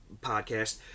podcast